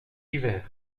hiver